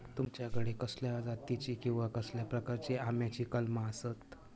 तुमच्याकडे कसल्या जातीची किवा कसल्या प्रकाराची आम्याची कलमा आसत?